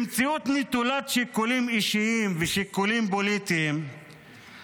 במציאות נטולת שיקולים אישיים ושיקולים פוליטיים,